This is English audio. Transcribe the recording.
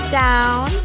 down